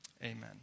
Amen